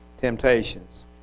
temptations